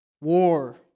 war